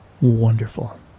wonderful